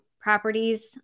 properties